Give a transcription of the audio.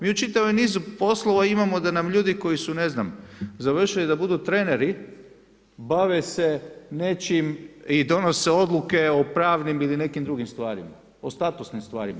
Mi u čitavom nizu poslova imamo da nam ljudi koji su ne znam završili da budu treneri bave se nečim i donose odluke o pravnim ili nekim drugim stvarima, o statusnim stvarima.